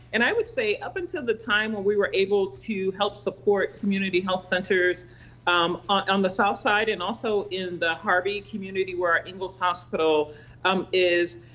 and i would say, up until the time when we were able to help support community health centers um on the south side and also in the harvey community where ingalls hospital is,